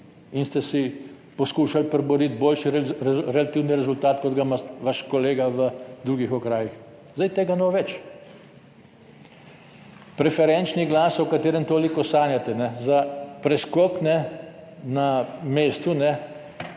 in ste si poskušali priboriti boljši relativni rezultat kot ga ima vaš kolega v drugih okrajih, zdaj tega ne bo več. Preferenčni glas, o katerem toliko sanjate, za preskok na mestu